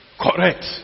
correct